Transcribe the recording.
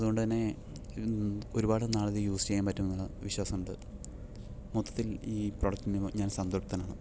അതുകൊണ്ട് തന്നെ ഒരുപാട് നാളത് യൂസ് ചെയ്യാൻ പറ്റുമെന്നുള്ള വിശ്വാസം ഉണ്ട് മൊത്തത്തിൽ ഈ പ്രൊഡക്ടിന് ഞാൻ സംതൃപ്തനാണ്